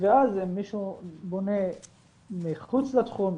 ואז מישהו בונה מחוץ לתחום,